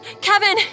Kevin